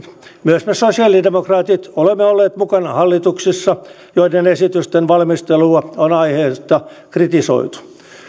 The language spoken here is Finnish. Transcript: myös me sosialidemokraatit olemme olleet mukana hallituksissa joiden esitysten valmistelua on aiheesta kritisoitu